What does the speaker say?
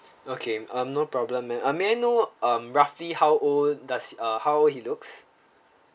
okay um no problem ma'am uh may I know um roughly how old does uh how he looks